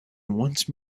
once